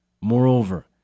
Moreover